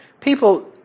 People